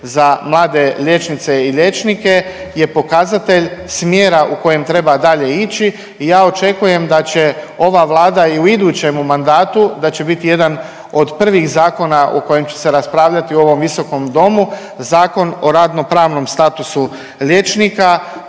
za mlade liječnice i liječnike je pokazatelj smjera u kojem treba dalje ići i ja očekujem da će ova Vlada i u idućemu mandatu, da će biti jedan od prvih zakona o kojem će se raspravljati u ovom visokom domu, Zakon o radno pravnom statusu liječnika